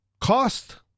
cost